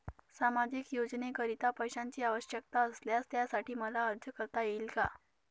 सामाजिक योजनेकरीता पैशांची आवश्यकता असल्यास त्यासाठी मला अर्ज करता येईल का?